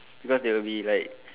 because they will be like